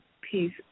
peace